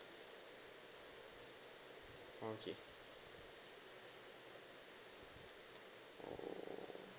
okay